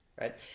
right